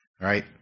right